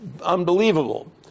unbelievable